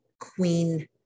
queen